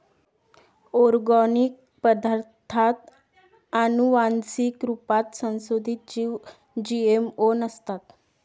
organic पदार्ताथ आनुवान्सिक रुपात संसोधीत जीव जी.एम.ओ नसतात